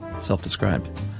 Self-described